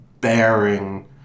bearing